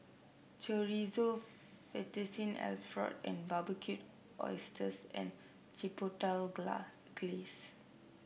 Chorizo Fettuccine Alfredo and Barbecued Oysters and Chipotle Glaze